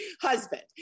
husband